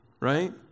right